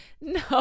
No